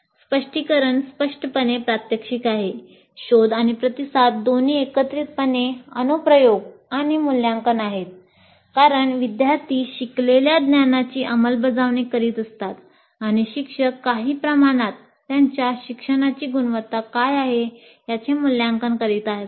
स्पष्टीकरण स्पष्टपणे प्रात्यक्षिक आहे शोध आणि प्रतिसाद दोन्ही एकत्रितपणे अनुप्रयोग आणि मूल्यांकन आहेत कारण विद्यार्थी शिकलेल्या ज्ञानाची अंमलबजावणी करीत असतात आणि शिक्षक काही प्रमाणात त्यांच्या शिक्षणाची गुणवत्ता काय आहे याचे मूल्यांकन करीत असतात